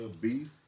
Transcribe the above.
beef